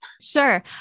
Sure